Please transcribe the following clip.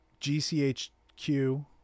GCHQ